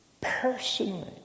personally